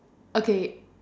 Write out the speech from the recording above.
okay